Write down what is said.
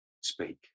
speak